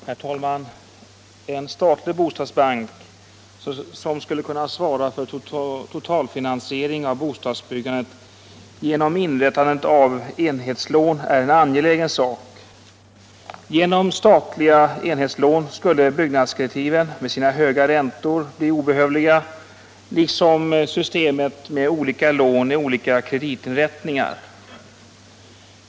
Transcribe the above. Herr talman! En statlig bostadsbank, som skulle kunna svara för totalfinansiering av bostadsbyggandet genom inrättandet av enhetslån, är en angelägen sak. Genom statliga enhetslån skulle byggnadskreditiven med sina höga räntor bli obehövliga liksom systemet med olika lån i olika kreditinrättningar.